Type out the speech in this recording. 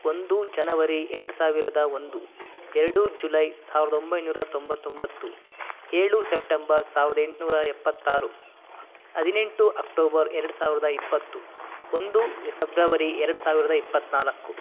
ಒಂದು ಜನವರಿ ಎರಡು ಸಾವಿರದ ಒಂದು ಎರಡು ಜುಲೈ ಸಾವಿರದ ಒಂಬೈನೂರ ತೊಂಬತ್ತೊಂಬತ್ತು ಏಳು ಸೆಪ್ಟೆಂಬರ್ ಸಾವಿರದ ಎಂಟುನೂರ ಎಪ್ಪತ್ತಾರು ಹದಿನೆಂಟು ಅಕ್ಟೋಬರ್ ಎರಡು ಸಾವಿರದ ಇಪ್ಪತ್ತು ಒಂದು ಫೆಬ್ರವರಿ ಎರಡು ಸಾವಿರದ ಇಪ್ಪತ್ನಾಲ್ಕು